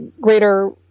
greater